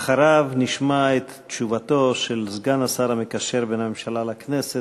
אחריו נשמע את תשובתו של סגן השר המקשר בין הממשלה לכנסת,